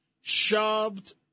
shoved